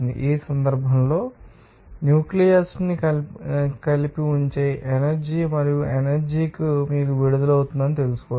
ఈ సందర్భంలో న్యూక్లియస్ న్ని కలిపి ఉంచే ఎనర్జీ మరియు ఎనర్జీ మీకు విడుదల అవుతుందని తెలుసుకోవచ్చు